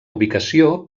ubicació